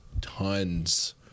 tons